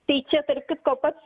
tai čia tarp kitko pats